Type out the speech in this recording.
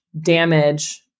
damage